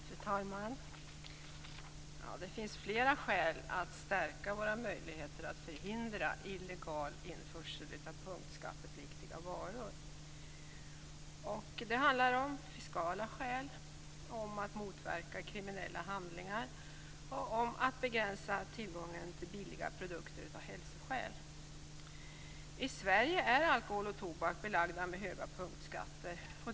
Fru talman! Det finns flera skäl att stärka våra möjligheter att förhindra illegal införsel av punktskattepliktiga varor. Det handlar om fiskala skäl, om att motverka kriminella handlingar och om att av hälsoskäl begränsa tillgången till billiga produkter. I Sverige är alkohol och tobak belagda med höga punktskatter.